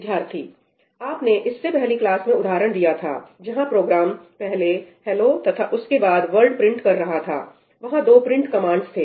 विद्यार्थी आपने इससे पहली क्लास में उदाहरण दिया थाजहां प्रोग्राम पहले हेलो 'hello' तथा उसके बाद वर्ल्ड 'world' प्रिंट कर रहा था वहां दो प्रिंट कमांडस थे